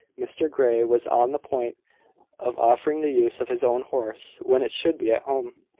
mr grey was on the point of offering the use of his own horse when it should be at home